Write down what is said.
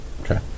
Okay